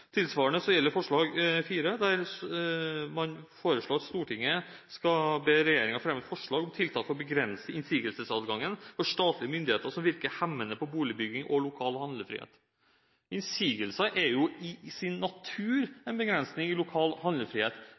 Tilsvarende gjelder også forslag nr. 4, der man foreslår at Stortinget skal be «regjeringen fremme forslag om tiltak for å begrense innsigelsesadgangen for statlige myndigheter som virker hemmende på boligbygging og lokal handlefrihet». Innsigelser er jo i sin natur en begrensning i lokal handlefrihet.